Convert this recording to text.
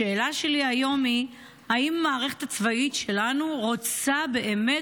השאלה שלי היום היא: האם המערכת הצבאית שלנו רוצה באמת